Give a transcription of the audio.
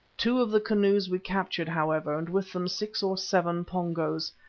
two of the canoes we captured, however, and with them six or seven pongos.